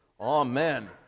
amen